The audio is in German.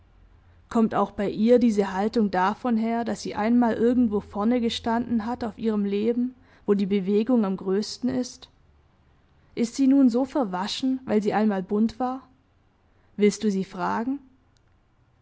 kommt auch bei ihr diese haltung davon her daß sie einmal irgendwo vorne gestanden hat auf ihrem leben wo die bewegung am größten ist ist sie nun so verwaschen weil sie einmal bunt war willst du sie fragen